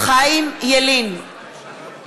בעד משה יעלון, אינו נוכח איתן